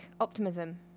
optimism